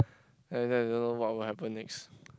and then don't know what will happen next